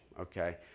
okay